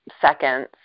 seconds